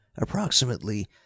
approximately